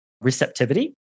receptivity